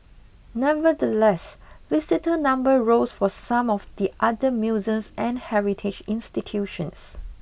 nevertheless visitor numbers rose for some of the other museums and heritage institutions